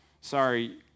Sorry